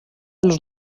els